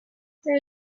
there